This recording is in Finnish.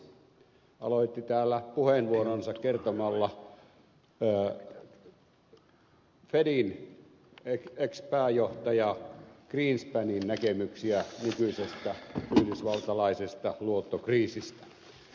kallis aloitti täällä puheenvuoronsa kertomalla fedin ex pääjohtaja greenspanin näkemyksiä nykyisestä yhdysvaltalaisesta luottokriisistä